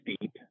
deep